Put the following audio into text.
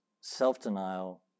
Self-denial